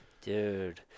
Dude